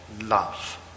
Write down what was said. love